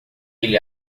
ele